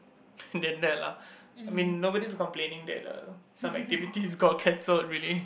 than that lah I mean nobody is complaining that uh some activities got cancelled really